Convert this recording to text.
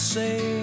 say